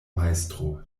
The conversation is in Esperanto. majstro